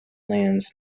lands